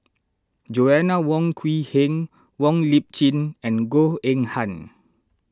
Joanna Wong Quee Heng Wong Lip Chin and Goh Eng Han